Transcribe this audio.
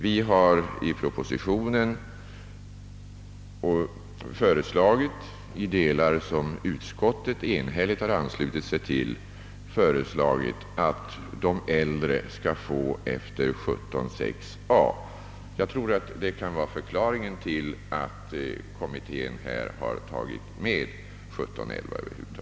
Jag tror, att detta kan vara förklaringen till att kommittén över huvud har tagit med 17:11. Vi har i propositionen föreslagit i delar, som utskottet enhälligt har anslutit sig till, att de äldre skall få förmånsrätt enligt 17:6 a.